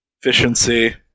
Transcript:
efficiency